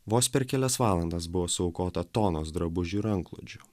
vos per kelias valandas buvo suaukota tonos drabužių ir antklodžių